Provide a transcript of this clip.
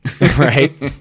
right